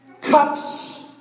cups